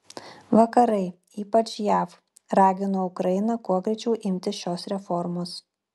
vakarai ypač jav ragino ukrainą kuo greičiau imtis šios reformos